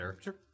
Sure